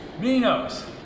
Minos